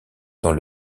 dans